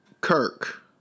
Kirk